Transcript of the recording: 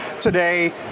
today